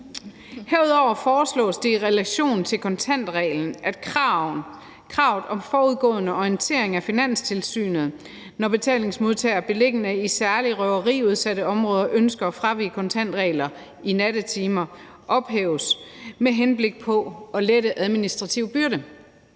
Herudover foreslås det i relation til kontantreglen, at kravet om forudgående orientering af Finanstilsynet, når betalingsmodtagere beliggende i særlig røveriudsatte områder ønsker at fravige kontantreglerne i nattetimerne, ophæves med henblik på at lette de administrative byrder.